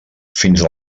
fins